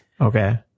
Okay